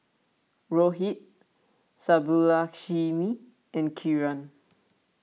Rohit Subbulakshmi and Kiran